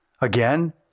again